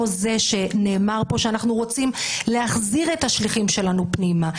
לא זה שנאמר פה שאנחנו רוצים להחזיר את השליחים שלנו פנימה,